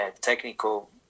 technical